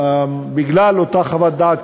בגלל אותה חוות דעת,